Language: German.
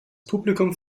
publikum